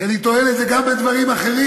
כי אני טוען את זה גם בדברים אחרים,